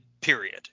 period